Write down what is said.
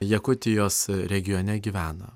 jakutijos regione gyvena